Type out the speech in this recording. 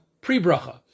pre-bracha